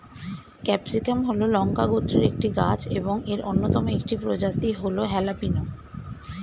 capsicum হল লঙ্কা গোত্রের একটি গাছ এবং এর অন্যতম একটি প্রজাতি হল হ্যালাপিনো